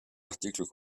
articles